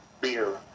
beer